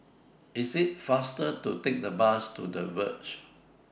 IT IS faster to Take The Bus to The Verge